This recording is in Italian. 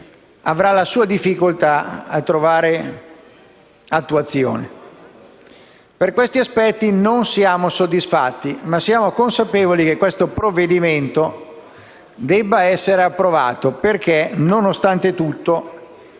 Per questi aspetti non siamo soddisfatti, ma siamo consapevoli che il provvedimento debba essere approvato, perché, nonostante tutto,